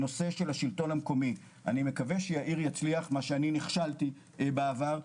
אני מקווה שיאיר יצליח במה שאני נכשלתי בעבר,